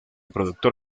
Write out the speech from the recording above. productor